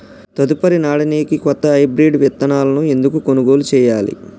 తదుపరి నాడనికి కొత్త హైబ్రిడ్ విత్తనాలను ఎందుకు కొనుగోలు చెయ్యాలి?